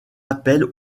appel